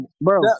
bro